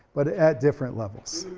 but at different levels.